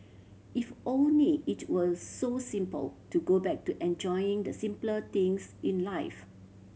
if only it were so simple to go back to enjoying the simpler things in life